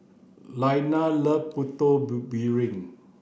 Lailah loves putu piring